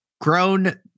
grown